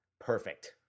perfect